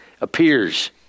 Appears